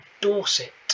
dorset